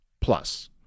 plus